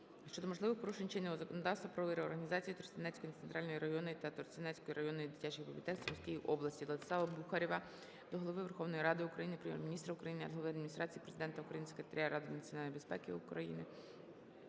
щодо можливих порушень чинного законодавства при реорганізації Тростянецької центральної районної та Тростянецької районної дитячої бібліотек Сумської області. Владислава Бухарєва до Голови Верховної Ради України, Прем'єр-міністра України, Глави Адміністрації Президента України, Секретаря Ради національної безпеки України